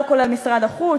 לא כולל משרד החוץ,